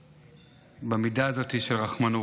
במידה הזאת של רחמנות.